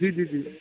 जी जी जी